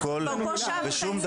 אנחנו פה שעה וחצי,